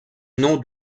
nom